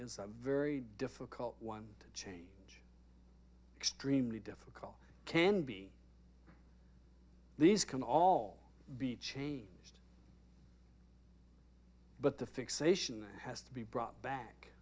is a very difficult one change extremely difficult can be these can all be changed but the fixation that has to be brought back